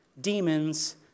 demons